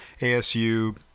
ASU